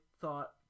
thought